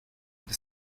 this